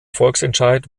volksentscheid